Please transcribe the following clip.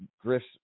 Griff's